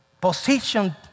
Position